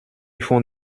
font